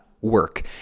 work